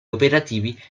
operativi